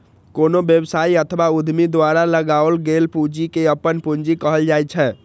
कोनो व्यवसायी अथवा उद्यमी द्वारा लगाओल गेल पूंजी कें अपन पूंजी कहल जाइ छै